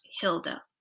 Hilda